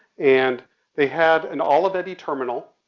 and they had an olivetti terminal,